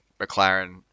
McLaren